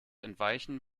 entweichen